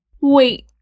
wait